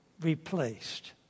replaced